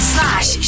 Slash